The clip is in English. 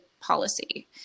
policy